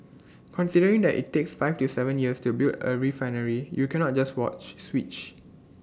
considering that IT takes five to Seven years to build A refinery you cannot just watch switch